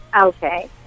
Okay